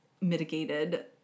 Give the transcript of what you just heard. mitigated